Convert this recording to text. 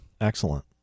Excellent